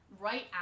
Right